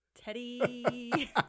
Teddy